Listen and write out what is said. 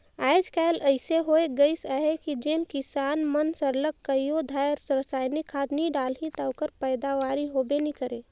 आएज काएल अइसे होए गइस अहे कि जेन किसान मन सरलग कइयो धाएर रसइनिक खाद नी डालहीं ता ओकर पएदावारी होबे नी करे